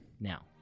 now